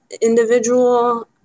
individual